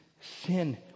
sin